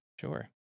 Sure